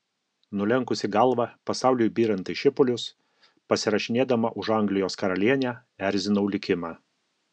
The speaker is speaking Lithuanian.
nulenkusi galvą pasauliui byrant į šipulius pasirašinėdama už anglijos karalienę erzinau likimą